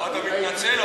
אתה מתנצל.